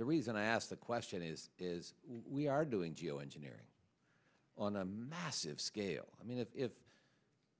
the reason i ask the question is is we are doing geo engineering on a massive scale i mean if